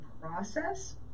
process